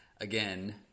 again